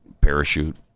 parachute